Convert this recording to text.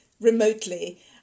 remotely